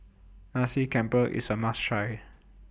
Nasi Campur IS A must Try